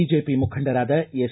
BJP ಮುಖಂಡರಾದ S